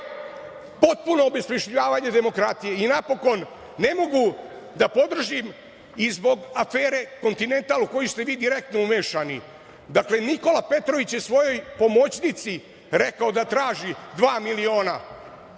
potpuno obesmišljavanje demokratije. Napokon, ne mogu da podržim i zbog afere „Kontinental“ u koju ste vi direktno umešani. Dakle, Nikola Petrović je svojoj pomoćnici rekao da traži dva miliona.